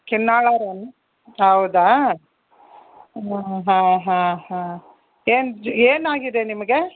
ಕಿನ್ನಾಳರೇನ್ ಹೌದಾ ಹಾಂ ಹಾಂ ಹಾಂ ಹಾಂ ಏನು ಏನಾಗಿದೆ ನಿಮಗೆ